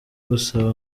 gusa